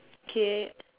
K